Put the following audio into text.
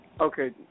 Okay